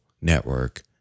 Network